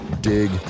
dig